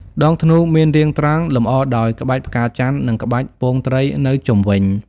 ដងធ្នូមានរាងត្រង់ លម្អដោយក្បាច់ផ្កាច័ន្ទ និងក្បាច់ពងត្រីនៅជុំវិញ។